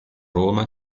roma